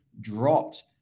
dropped